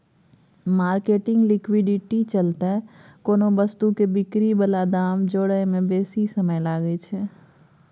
marketing liquidity चलते कोनो वस्तु के बिक्री बला दाम जोड़य में बेशी समय लागइ छइ